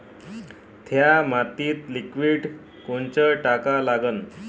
थ्या मातीत लिक्विड कोनचं टाका लागन?